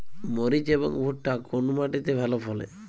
মরিচ এবং ভুট্টা কোন মাটি তে ভালো ফলে?